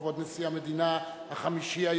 כבוד נשיא המדינה השישי,